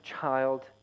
child